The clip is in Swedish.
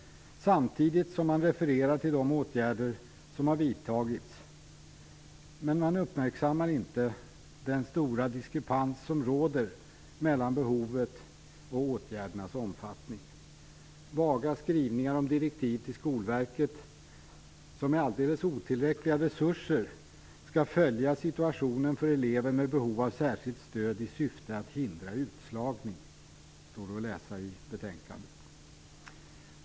Samtidigt refererar man till de åtgärder som har vidtagits. Men man uppmärksammar inte den stora diskrepans som råder mellan behoven och de vidtagna åtgärdernas omfattning. I betänkandet finns vaga skrivningar om direktiv till Skolverket som, med alldeles otillräckliga resurser, skall följa situationen för elever med behov av särskilt stöd i syfte att hindra utslagning.